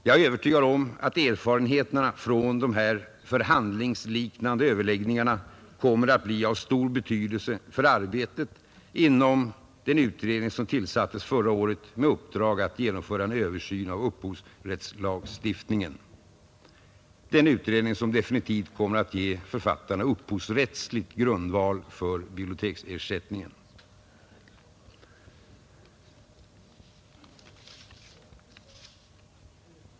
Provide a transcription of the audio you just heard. Jag är övertygad om att erfarenheterna från de förhandlingsliknande överläggningarna kommer att bli av stor betydelse för arbetet inom den utredning som tillsattes förra året med uppgift att genomföra en översyn av upphovsrättslagstiftningen, en utredning som definitivt kommer att ge författarna upphovsrättslig grundval för biblioteksersättningen.